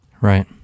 right